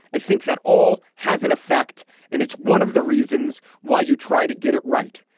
i think that all has an effect and it's one of the reasons why you try to get it right.